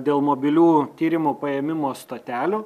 dėl mobilių tyrimų paėmimo stotelių